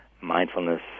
mindfulness